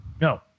no